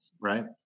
right